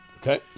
Okay